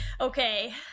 okay